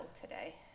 today